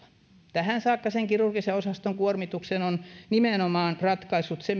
tähän saakka sen kirurgisen osaston kuormituksen on nimenomaan ratkaissut se